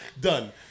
Done